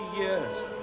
years